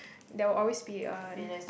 there will always be a